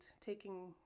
taking